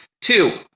Two